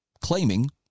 claiming